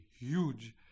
huge